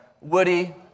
Woody